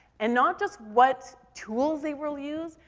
and not just what tools they will use,